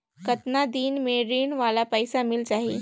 कतना दिन मे ऋण वाला पइसा मिल जाहि?